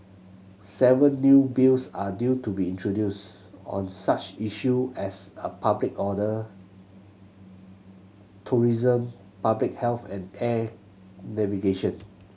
seven new Bills are due to be introduced on such issue as a public order tourism public health and air navigation